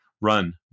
run